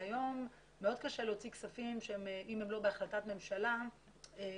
היום מאוד קשה להוציא כספים שאם הם לא בהחלטת ממשלה פר